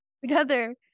Together